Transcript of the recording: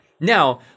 Now